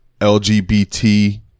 LGBT